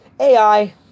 AI